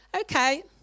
okay